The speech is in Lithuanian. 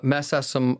mes esam